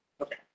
Okay